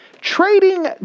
Trading